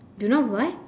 do not what